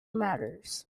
matters